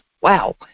Wow